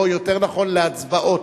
או יותר נכון, להצבעות.